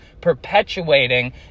perpetuating